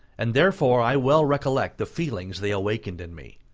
and therefore i well recollect the feelings they awakened in me.